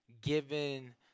given